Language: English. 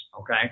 okay